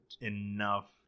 enough